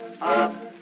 Up